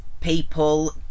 people